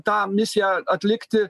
tą misiją atlikti